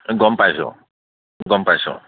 গম পাইছোঁ গম পাইছোঁ